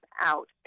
out